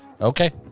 Okay